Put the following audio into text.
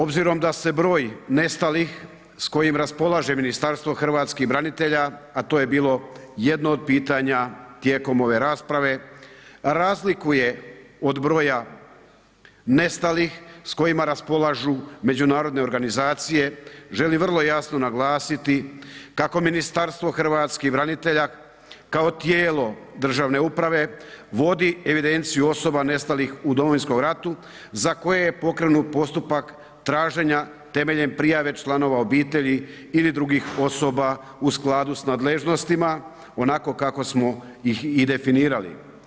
Obzirom da se broj nestalih s kojim raspolaže Ministarstvo hrvatskih branitelja a to je bilo jedno od pitanja tijekom ove rasprave razlikuje od broja nestalih s kojima raspolažu međunarodne organizacije želi vrlo jasno naglasiti kako Ministarstvo hrvatskih branitelja kao tijelo državne uprave vodi evidenciju osoba nestalih u Domovinskom ratu za koje je pokrenut postupak traženja temeljem prijave članova obitelji ili drugih osoba u skladu sa nadležnostima onako kako smo ih i definirali.